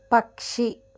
పక్షి